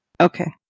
Okay